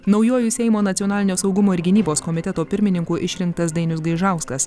naujuoju seimo nacionalinio saugumo ir gynybos komiteto pirmininku išrinktas dainius gaižauskas